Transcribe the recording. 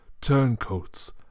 turncoats